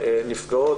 הנפגעות,